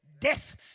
death